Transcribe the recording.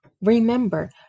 Remember